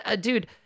Dude